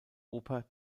oper